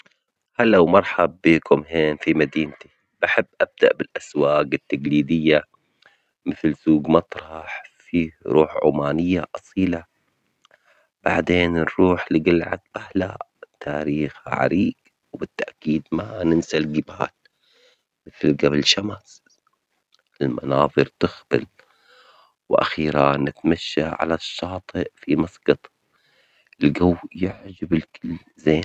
هلا ومرحب بيكم هان في مدينتي، بحب أبدأ بالأسواج التجليدية مثل سوق مطرح فيه روح عمانية أصيلة، بعدين نروح لقلعة أهلا تاريخ عريق، وبالتأكيد ما ننسى الجبهات مثل جبل شمس المناظر تخبل ،وأخيرا نتمشى على الشاطئ في مسجط الجو يعجب الكل زين.